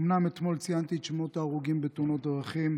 אומנם אתמול ציינתי את שמות ההרוגים בתאונות דרכים,